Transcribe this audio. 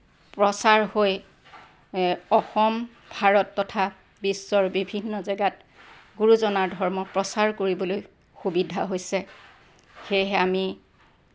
প্ৰচাৰ হৈ অসম ভাৰত তথা বিশ্বৰ বিভিন্ন জেগাত গুৰুজনাৰ ধৰ্ম প্ৰচাৰ কৰিবলৈ সুবিধা হৈছে সেয়েহে আমি